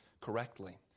correctly